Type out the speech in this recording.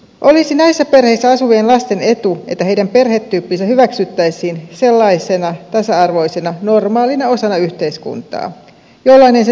olisi näissä perheissä asuvien lasten etu että heidän perhetyyppinsä hyväksyttäisiin sellaisena tasa arvoisena normaalina osana yhteiskuntaa jollainen se todellisuudessakin on